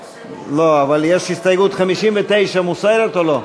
לא, הסתייגות 59 מוסרת או לא?